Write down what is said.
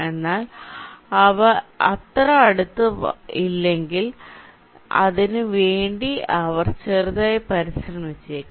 എന്നാൽ അവർ അത്ര അടുത്തു അല്ലെങ്കിൽ അതിനു വേണ്ടി അവർ ചെറുതായി ശ്രമിച്ചേക്കാം